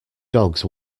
dogs